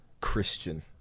Christian